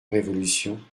révolution